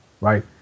right